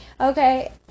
okay